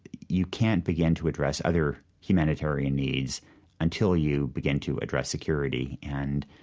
you can't begin to address other humanitarian needs until you begin to address security. and